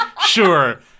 sure